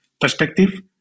perspective